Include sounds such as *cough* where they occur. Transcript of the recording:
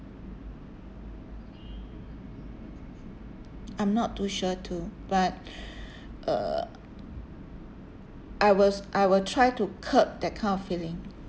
I'm not too sure too but *breath* uh I was I will try to curb that kind of feeling